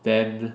then